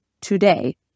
today